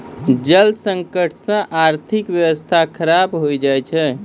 जल संकट से आर्थिक व्यबस्था खराब हो जाय छै